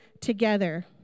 together